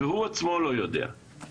והוא עצמו לא יודע.